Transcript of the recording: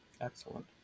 Excellent